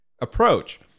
approach